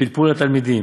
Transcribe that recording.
בפלפול התלמידים,